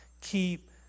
keep